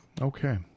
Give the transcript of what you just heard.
okay